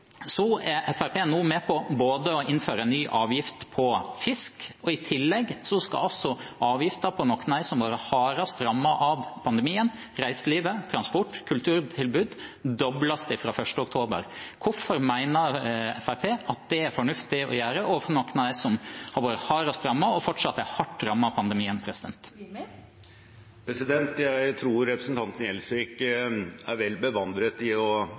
er nå med på å innføre en ny avgift på fisk, og i tillegg skal avgiften for noen av dem som har vært hardest rammet av pandemien – reiselivet, transport, kulturtilbud – dobles fra 1. oktober. Hvorfor mener Fremskrittspartiet at det er fornuftig å gjøre overfor noen av dem som har vært hardest rammet og fortsatt er hardt rammet av pandemien? Jeg tror representanten Gjelsvik er vel bevandret og dykker ned i